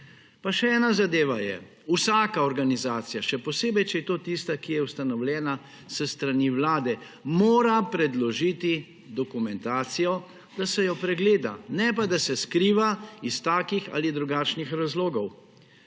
Še ena zadeva je. Vsaka organizacija, še posebej, če je to tista, ki je ustanovljena s strani vlade, mora predložiti dokumentacijo, da se jo pregleda, ne pa, da se skriva iz takih ali drugačnih razlogov.